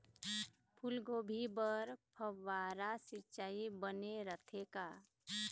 फूलगोभी बर फव्वारा सिचाई बने रथे का?